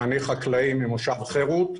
ממושב חרות.